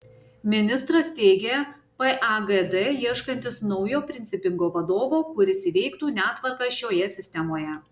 ministras teigia pagd ieškantis naujo principingo vadovo kuris įveiktų netvarką šioje sistemoje